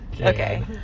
Okay